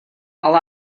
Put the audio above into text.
ale